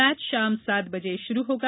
match शाम सात बजे शुरू होगा